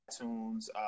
iTunes